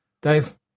Dave